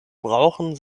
brauchen